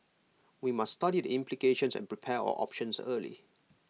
we must study the implications and prepare our options early